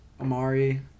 Amari